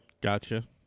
Gotcha